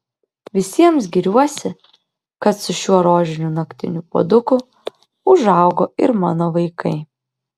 visiems giriuosi kad su šiuo rožiniu naktiniu puoduku užaugo ir mano vaikai